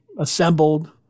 assembled